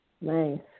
Nice